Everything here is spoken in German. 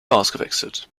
ausgewechselt